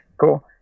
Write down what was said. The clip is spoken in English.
cool